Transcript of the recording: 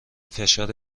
فشار